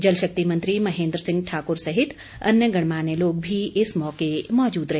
जलशक्ति मंत्री महेन्द्र सिंह ठाकुर सहित अन्य गणमान्य लोग भी इस मौके मौजूद रहे